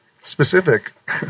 specific